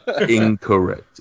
Incorrect